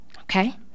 Okay